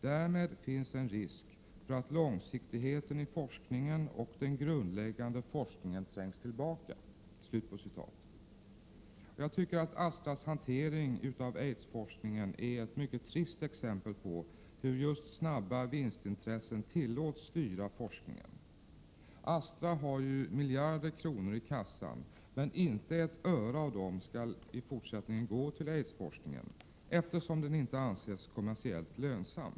Därmed finns en risk för att långsiktigheten i forskningen och den grundläggande forskningen trängs tillbaka.” Astras hantering av aidsforskningen är ett mycket trist exempel på hur snabba vinstintressen tillåts styra forskningen. Astra har ju miljarder kronor i kassan, men inte ett öre av dem skall i fortsättningen gå till aidsforskningen, eftersom den inte anses kommersiellt lönsam.